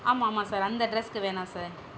ஆமாம் ஆமாம் சார் அந்த அட்ரெஸுக்கு வேணா சார்